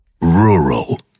Rural